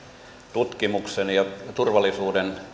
tutkimuksen ja turvallisuuden